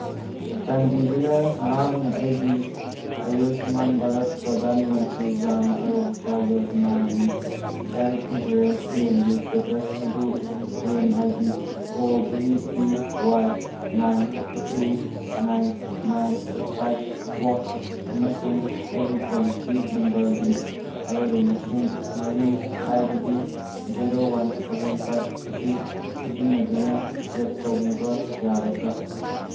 ꯆꯥꯟꯕꯤꯗꯨꯅ ꯅꯍꯥꯛꯅ ꯑꯩꯒꯤ ꯑꯌꯨꯁꯃꯥꯟ ꯚꯥꯔꯠ ꯄ꯭ꯔꯙꯥꯟ ꯃꯟꯇ꯭ꯔꯤ ꯖꯥꯟ ꯑꯔꯣꯒ꯭ꯌꯥ ꯌꯣꯖꯅꯥꯒꯤ ꯍꯦꯜꯠ ꯏꯟꯁꯨꯔꯦꯟꯁ ꯀ꯭ꯂꯦꯝꯒꯤ ꯏꯁꯇꯦꯇꯁ ꯑꯗꯨ claim I D O V P Y nine two nine nine five four ꯑꯃꯁꯨꯡ ꯑꯩꯒꯤ ꯄꯣꯂꯤꯁꯤ ꯅꯝꯕꯔꯒꯤ ꯑꯔꯣꯏꯕ ꯃꯁꯤꯡ ꯃꯔꯤ ꯍꯥꯏꯕꯗꯤ ꯖꯦꯔꯣ ꯋꯥꯟ ꯁꯕꯦꯟ ꯐꯥꯏꯚ ꯑꯁꯤ ꯁꯤꯖꯤꯟꯅꯗꯨꯅ ꯆꯦꯛ ꯇꯧꯕꯤꯕ ꯌꯥꯒꯗ꯭ꯔꯥ